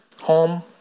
home